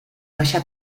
baixar